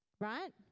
right